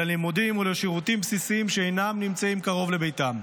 ללימודים ולשירותים בסיסיים שאינם נמצאים קרוב לביתם.